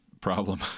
problem